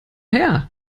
her